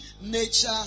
nature